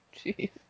Jeez